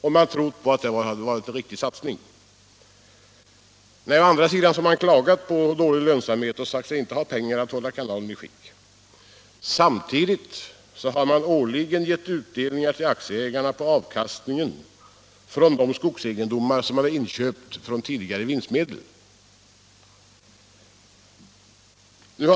Å andra sidan har man klagat på dålig lönsamhet och sagt sig inte ha pengar att hålla kanalen i skick. Samtidigt har man årligen gett utdelning till aktieägarna på avkastningen från de skogsegendomar som man inköpt med tidigare vinstmedel.